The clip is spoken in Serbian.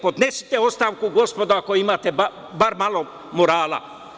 Podnesite ostavku, gospodo, ako imate bar malo morala.